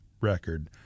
record